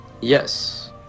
Yes